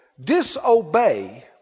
disobey